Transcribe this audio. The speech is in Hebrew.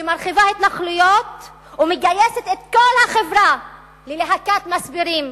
שמרחיבה התנחלויות ומגייסת את כל החברה ללהקת מסבירים,